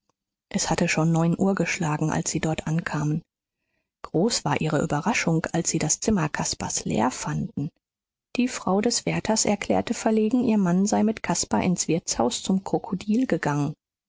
es hatte schon neun uhr geschlagen als sie dort ankamen groß war ihre überraschung als sie das zimmer caspars leer fanden die frau des wärters erklärte verlegen ihr mann sei mit caspar ins wirtshaus zum krokodil gegangen